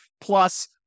Plus